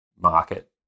market